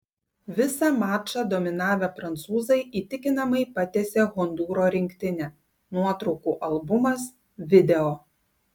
visą mačą dominavę prancūzai įtikinamai patiesė hondūro rinktinę nuotraukų albumas video